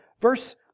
Verse